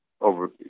over